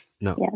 no